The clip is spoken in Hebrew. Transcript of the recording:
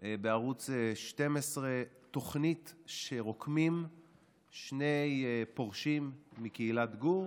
בערוץ 12 תוכנית שבה רקמו שני פורשים מקהילת גור